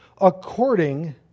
according